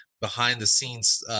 behind-the-scenes